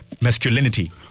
masculinity